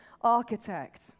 architect